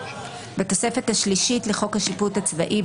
(5)בתוספת השלישית לחוק השיפוט הצבאי,